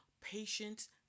patience